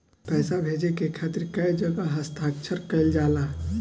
पैसा भेजे के खातिर कै जगह हस्ताक्षर कैइल जाला?